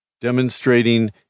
demonstrating